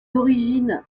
origines